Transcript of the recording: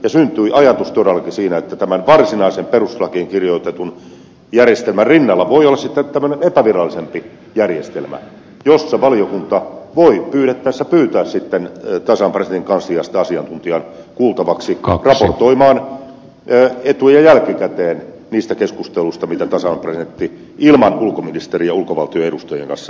ja syntyi ajatus todellakin siinä että tämän varsinaisen perustuslakiin kirjoitetun järjestelmän rinnalla voi sitten olla tämmöinen epävirallisempi järjestelmä jossa valiokunta voi pyydettäessä pyytää tasavallan presidentin kansliasta asiantuntijan kuultavaksi raportoimaan etu ja jälkikäteen niistä keskusteluista mitä tasavallan presidentti ilman ulkoministeriä ulkovaltojen edustajien kanssa käy